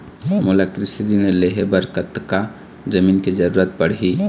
मोला कृषि ऋण लहे बर कतका जमीन के जरूरत पड़ही?